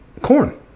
Corn